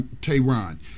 Tehran